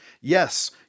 Yes